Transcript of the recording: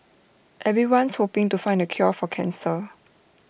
everyone's hoping to find the cure for cancer